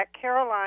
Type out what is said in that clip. Caroline